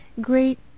great